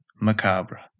macabre